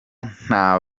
nta